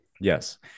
Yes